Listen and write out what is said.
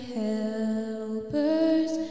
helpers